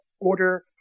order